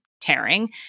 tearing